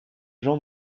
gens